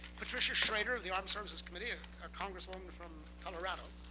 patricia schroeder, of the armed services committee, a congresswoman from colorado.